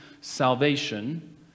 salvation